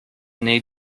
nei